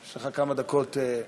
יש לך כמה דקות לברך.